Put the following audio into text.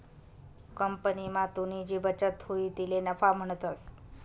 कंपनीमा तुनी जी बचत हुई तिले नफा म्हणतंस